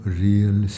real